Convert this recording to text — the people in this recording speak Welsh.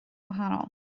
wahanol